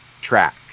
track